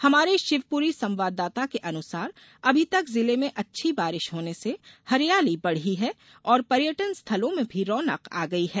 हमारे शिवपूरी संवावदाता के अनुसार अभी तक जिले में अच्छी बारिश होने से हरियाली बढ़ी है और पर्यटन स्थलों में भी रौनक आ गई है